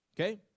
Okay